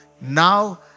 Now